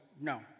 No